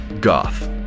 goth